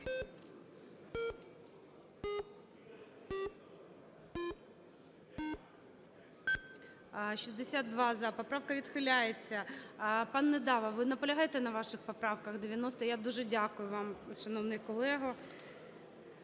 За-62 Поправка відхиляється. Пан Недава, ви наполягаєте на ваших поправках? 90... Я дуже дякую вам, шановний колего